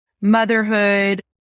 motherhood